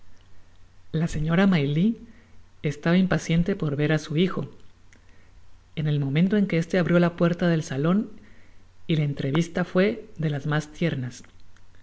la señora maylie estaba impaciente por ver á sü hijo en el momento en que éste abrió la puerta del salon y la entrevista tué de las mas tiernas